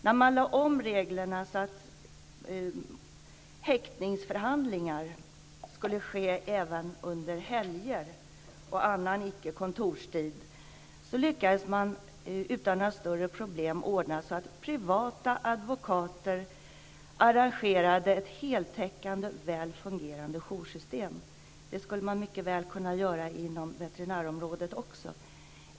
När man lade om reglerna så att häktningsförhandlingar skulle ske även under helger och annan icke kontorstid lyckades man utan några större problem ordna så att privata advokater arrangerade ett heltäckande, väl fungerande joursystem. Det skulle man mycket väl kunna göra också inom veterinärområdet.